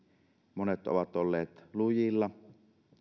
monet ovat olleet lujilla